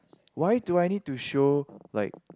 why do I need to show like